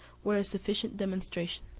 were a sufficient demonstration.